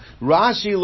Rashi